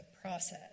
process